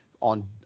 on